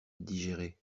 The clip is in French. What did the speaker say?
digérer